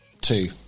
Two